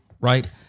right